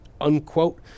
Unquote